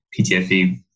PTFE